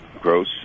Gross